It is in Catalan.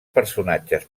personatges